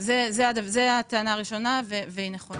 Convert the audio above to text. זו הטענה הראשונה, והיא נכונה.